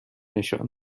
نشان